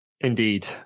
Indeed